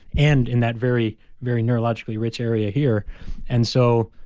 and in that very very neurologically rich area here and so,